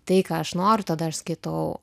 tai ką aš noriu tada aš skaitau